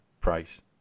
price